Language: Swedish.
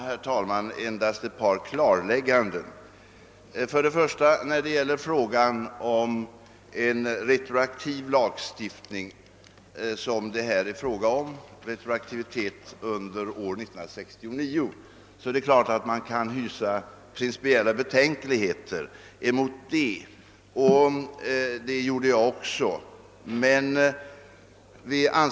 Herr talman! Endast ett par klarlägganden. För det första är det klart att man kan hysa principiella betänkligheter när det här är fråga om att genomföra en retroaktiv lagstiftning för hela år 1969.